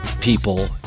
people